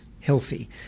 healthy